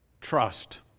Trust